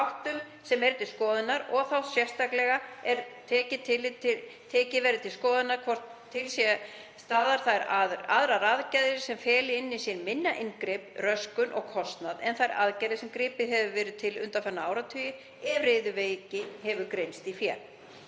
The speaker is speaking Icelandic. sem eru til skoðunar og sérstaklega verði tekið til skoðunar hvort til staðar séu aðrar aðgerðir sem feli í sér minna inngrip, röskun og kostnað en þær aðgerðir sem gripið hefur verið til undanfarna áratugi þegar riðuveiki hefur greinst í fé.